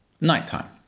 nighttime